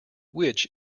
which